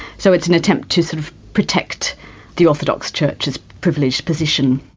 so it's an attempt to sort of protect the orthodox church's privileged position.